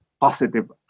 positive